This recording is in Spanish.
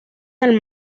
del